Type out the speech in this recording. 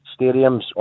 stadiums